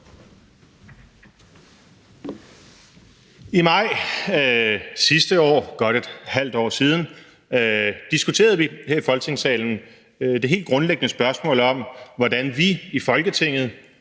I maj sidste år – altså for godt et halvt år siden – diskuterede vi her i Folketingssalen det helt grundlæggende spørgsmål om, hvordan vi i Folketinget